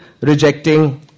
rejecting